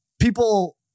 people